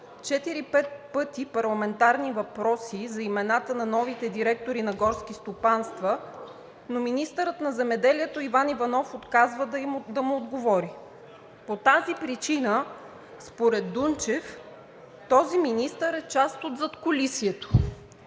пъти парламентарни въпроси за имената на новите директори на горски стопанства, но министърът на земеделието Иван Иванов отказва да му отговори. По тази причина – според Дунчев – този министър е част от задкулисието.